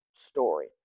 story